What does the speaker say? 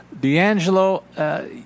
D'Angelo